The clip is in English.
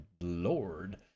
Lord